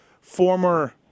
former